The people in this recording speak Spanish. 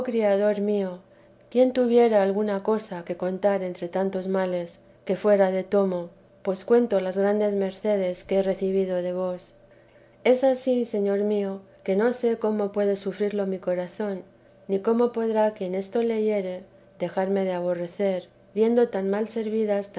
criador mío quién tuviera alguna cosa que contar entre tantos males que fuera de tomo pues cuento las grandes mercedes que he recibido de vos es ansí señor mío que no sé cómo puede sufrirlo mi corazón ni cómo podrá quien esto leyere dejarme de aborrecer viendo tan mal servidas